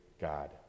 God